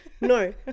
no